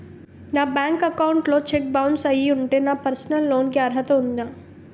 నా bank account లో cheque bounce అయ్యి ఉంటే నాకు పర్సనల్ లోన్ కీ అర్హత ఉందా?